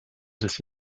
des